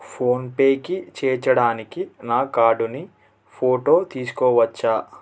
phone పేకి చేర్చడానికి నా కార్డుని ఫోటో తీసుకోవచ్చా